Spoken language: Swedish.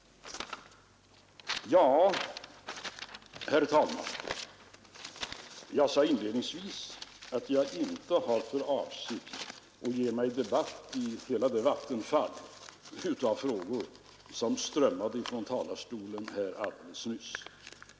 Herr talman! Jag sade inledningsvis att jag inte har för avsikt att ge mig in i en debatt angående hela det vattenfall av frågor som strömmade från talarstolen alldeles nyss.